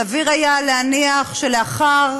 סביר היה להניח שלאחר